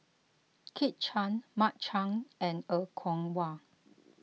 Kit Chan Mark Chan and Er Kwong Wah